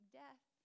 death